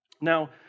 Now